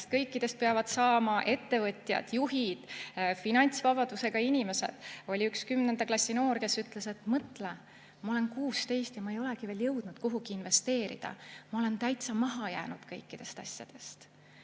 kõikidest peavad saama ettevõtjad, juhid, finantsvabadusega inimesed. Oli üks 10. klassi noor, kes ütles, et mõtle, ma olen 16 ja ma ei olegi veel jõudnud kuhugi investeerida. Ma olen täitsa maha jäänud kõikidest asjadest.